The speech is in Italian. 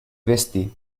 vestì